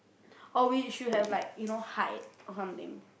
or we should have like you know hide or something